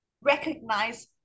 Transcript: recognize